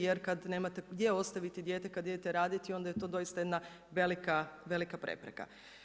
Jer kad nemate gdje ostaviti dijete, kad idete raditi, onda je to doista jedna velika, velika prepreka.